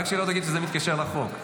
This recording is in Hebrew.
רק שלא תגיד שזה מתקשר לחוק.